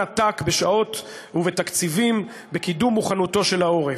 עתק בשעות ובתקציבים בקידום מוכנותו של העורף.